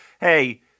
hey